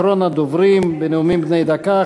אחרון הדוברים בנאומים בני דקה,